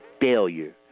Failure